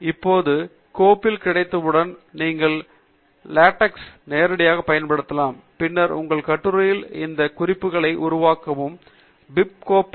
இப்போது தரவு ஒரு கோப்பில் கிடைத்தவுடன் நீங்கள் லேட்டெக்ஸ் ஐ நேரடியாகப் பயன்படுத்தலாம் பின்னர் உங்கள் கட்டுரையில் அந்த குறிப்புகளை உருவாக்கலாம் அல்லது பிபி கோப்பை எக்ஸ்